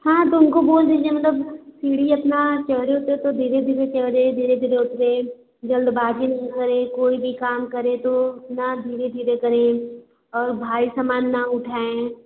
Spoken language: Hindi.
हाँ तो उनको बोल दीजिए मतलब सीढ़ी अपना चढ़ें उतरें तो धीरे धीरे चढ़ें धीरे धीरे उतरें जल्दबाजी नहीं करें कोई भी काम करें तो इतना धीरे धीरे करें और भारी सामान ना उठाएँ